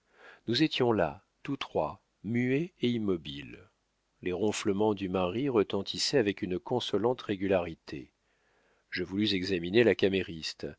nous étions là tous trois muets et immobiles les ronflements du mari retentissaient avec une consolante régularité je voulus examiner la camériste